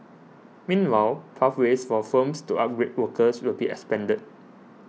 meanwhile pathways for firms to upgrade workers will be expanded